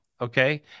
Okay